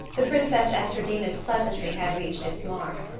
the princess estradina's pleasantry had reached its mark.